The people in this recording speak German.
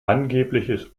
angebliches